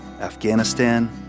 Afghanistan